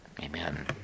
Amen